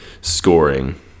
scoring